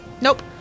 Nope